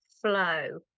flow